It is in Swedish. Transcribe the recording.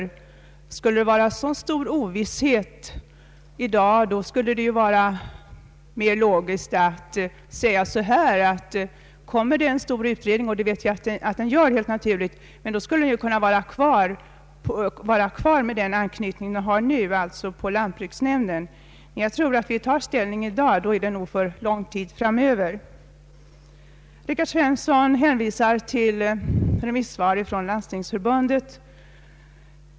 Om det skulle råda så stor ovisshet i dag, vore det mer logiskt att säga att när det nu kommer en stor utredning då väntar vi med att ta ställning nu, och har kvar den anknytning vi har nu, nämligen till lantbruksnämnden. Herr Svensson hänvisar till remisssvar från landstingsförbundet.